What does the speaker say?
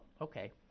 okay